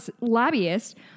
lobbyist